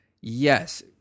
Yes